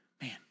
Man